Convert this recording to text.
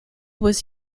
was